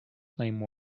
flame